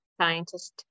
scientists